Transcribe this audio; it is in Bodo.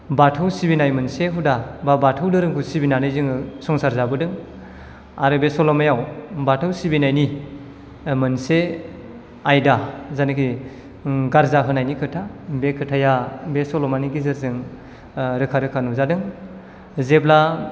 बाथौ सिबिनाय मोनसे हुदा बा बाथौ धोरोमखौ सिबिनानै जोङो संसार जाबोदों आरो बे सल'मायाव बाथौ सिबिनायनि मोनसे आयदा जायनाखि गार्जा होनायनि खोथा बे खोथाया बे सल'मानि गेजेरजों रोखा रोखा नुजादों जेब्ला